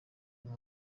aya